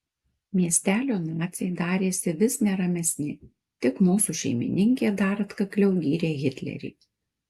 miestelio naciai darėsi vis neramesni tik mūsų šeimininkė dar atkakliau gyrė hitlerį